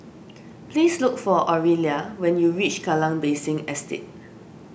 please look for Orilla when you reach Kallang Basin Estate